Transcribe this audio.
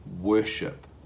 worship